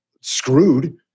screwed